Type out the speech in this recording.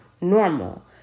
normal